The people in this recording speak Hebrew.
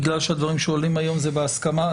בגלל שהדברים שעולים היום הם בהסכמה,